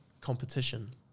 competition